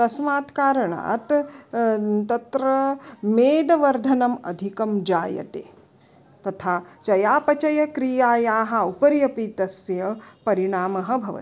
तस्मात् कारणात् तत्र मेदोवर्धनम् अधिकञ्जायते तथा चयापचयक्रियायाः उपरि अपि तस्य परिणामः भवति